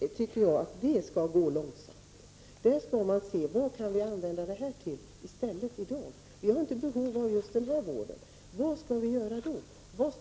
I stället bör man undersöka vad enheter som läggs ned kan användas till. Om det inte finns behov av en viss vård, finns säkert stort behov av